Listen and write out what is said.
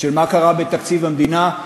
מה קרה בתקציב המדינה,